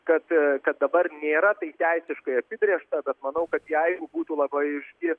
kad kad dabar nėra tai teisiškai apibrėžta bet manau kad jeigu būtų labai aiški